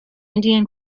indian